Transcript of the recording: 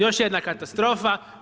Još jedna katastrofa.